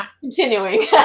continuing